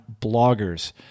bloggers